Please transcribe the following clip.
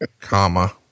comma